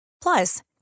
Plus